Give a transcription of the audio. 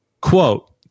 quote